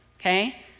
okay